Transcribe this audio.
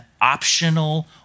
optional